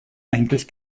eigentlich